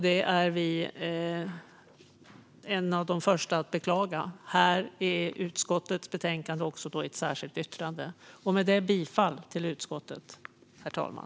Det är vi bland de första att beklaga, och det gör vi också i utskottets betänkande i ett särskilt yttrande. Med det yrkar jag bifall till utskottets förslag, herr talman.